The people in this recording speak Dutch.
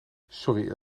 sorry